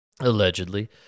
allegedly